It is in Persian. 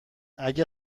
اگه